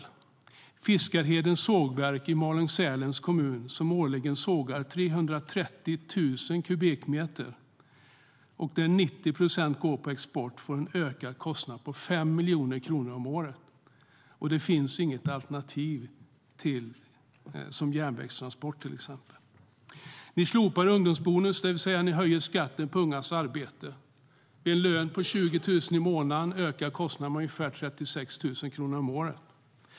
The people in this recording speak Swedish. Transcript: Ni slopar ungdomsbonusen, det vill säga att ni höjer skatten på ungas arbete. Vid en lön på 20 000 kronor i månaden ökar kostnaden med ungefär 36 000 kronor om året.